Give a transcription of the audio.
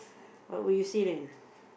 what will you say then